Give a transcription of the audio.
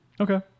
Okay